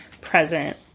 present